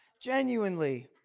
genuinely